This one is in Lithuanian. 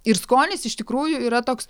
ir skonis iš tikrųjų yra toks